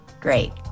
Great